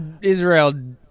Israel